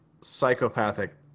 psychopathic